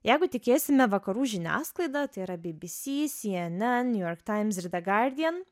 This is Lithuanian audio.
jeigu tikėsime vakarų žiniasklaida tai yra bbc cnn new york times ir the guardian